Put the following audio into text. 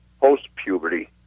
post-puberty